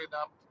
up